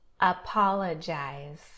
apologize